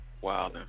Wow